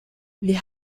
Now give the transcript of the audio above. wir